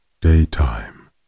Daytime